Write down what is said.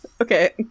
Okay